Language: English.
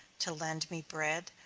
to lend me bread,